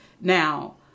Now